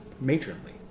matronly